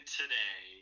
today